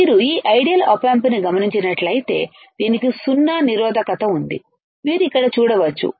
మీరు ఈ ideal op amp ని గమనించినట్లైతే దీనికి సున్నా నిరోధకత ఉంది మీరు ఇక్కడ చూడవచ్చు